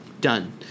Done